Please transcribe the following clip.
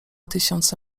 tysiące